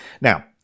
Now